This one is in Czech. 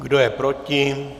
Kdo je proti?